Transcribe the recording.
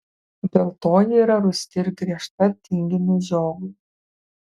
dėl to ji yra rūsti ir griežta tinginiui žiogui